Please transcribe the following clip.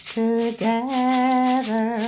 together